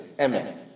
Amen